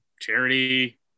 charity